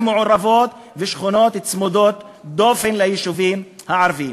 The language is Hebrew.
מעורבות ושכונות צמודות דופן ליישובים הערביים,